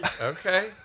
okay